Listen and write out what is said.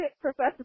Professor